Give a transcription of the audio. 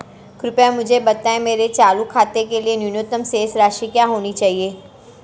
कृपया मुझे बताएं मेरे चालू खाते के लिए न्यूनतम शेष राशि क्या होनी चाहिए?